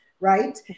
right